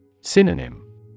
Synonym